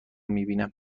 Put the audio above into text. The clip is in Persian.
میبینم